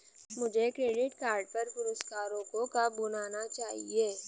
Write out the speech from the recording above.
मुझे credit card पर पुरस्कारों को कब भुनाना चाहिए?